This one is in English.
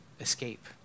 escape